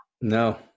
No